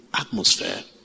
atmosphere